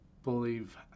believe